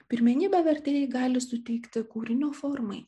pirmenybę vertėjai gali suteikti kūrinio formai